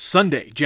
Sunday